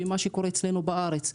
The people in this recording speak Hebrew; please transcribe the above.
ועם מה שקורה אצלנו בארץ,